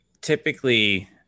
typically